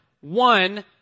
one